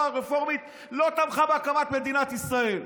התנועה הרפורמית לא תמכה בהקמת מדינת ישראל.